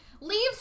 leaves